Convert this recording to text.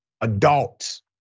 Adults